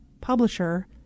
publisher